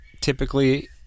typically